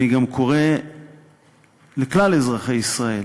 אני גם קורא לכלל אזרחי ישראל